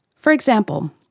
for example,